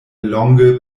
longe